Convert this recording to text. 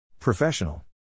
Professional